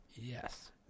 Yes